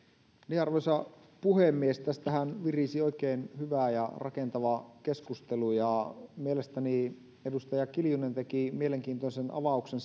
arvoisa puhemies tästähän virisi oikein hyvä ja rakentava keskustelu ja mielestäni edustaja kiljunen teki mielenkiintoisen avauksen